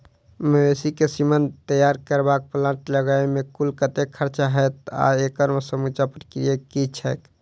मवेसी केँ सीमन तैयार करबाक प्लांट लगाबै मे कुल कतेक खर्चा हएत आ एकड़ समूचा प्रक्रिया की छैक?